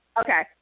Okay